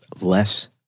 less